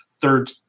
Third